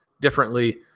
differently